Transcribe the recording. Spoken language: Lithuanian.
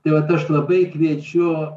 tai vat aš labai kviečiu